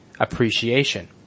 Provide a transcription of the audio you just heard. Appreciation